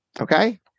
Okay